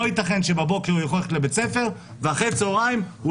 לא יתכן שבבוקר הוא יכול ללכת לבית הספר ואחרי צהריים הוא